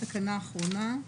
התקנה האחרונה,